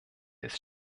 ist